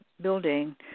building